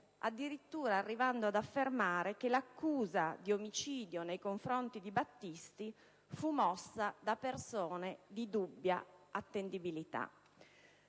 addirittura arrivando ad affermare che l'accusa di omicidio nei confronti di Battisti fu mossa da persone di dubbia attendibilità.